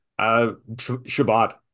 Shabbat